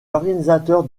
organisateurs